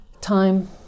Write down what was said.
Time